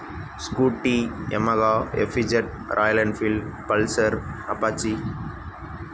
scooty Yamaha FZ Royal Enfield Pulsar Apache